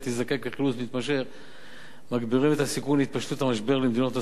מתמשך מגבירים את הסיכון להתפשטות למדינות נוספות בגוש